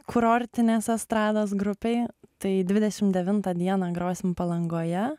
kurortinės estrados grupei tai dvidešim devintą dieną grosim palangoje